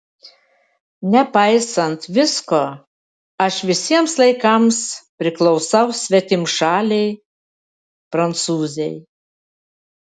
nepaisant visko aš visiems laikams priklausau svetimšalei prancūzei